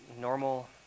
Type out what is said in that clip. normal